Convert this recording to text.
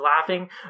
laughing